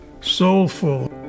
soulful